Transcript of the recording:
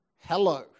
Hello